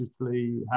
digitally